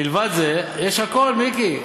מלבד זה יש הכול, מיקי.